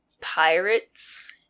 pirates